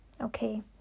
Okay